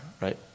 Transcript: right